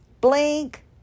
Blink